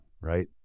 right